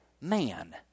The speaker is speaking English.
man